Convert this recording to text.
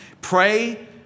pray